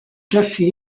café